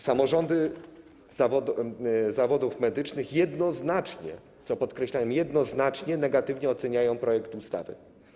Samorządy zawodów medycznych jednoznacznie - powtarzam - jednoznacznie negatywnie oceniają projekt ustawy.